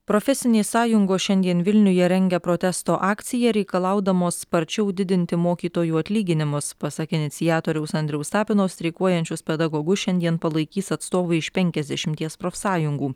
profesinės sąjungos šiandien vilniuje rengia protesto akciją reikalaudamos sparčiau didinti mokytojų atlyginimus pasak iniciatoriaus andriaus tapino streikuojančius pedagogus šiandien palaikys atstovai iš penkiasdešimties profsąjungų